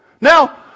Now